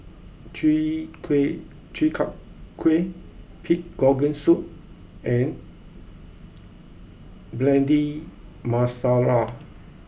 Chi Kuih Chi Kak Kuih Pig Organ Soup and Bhindi Masala